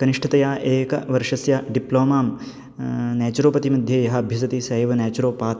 कनिष्ठतया एकवर्षस्य डिप्लोमां नेचुरोपति मध्ये यः अभ्यसति स एव नेचुरोपात्